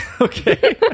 Okay